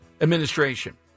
administration